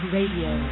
Radio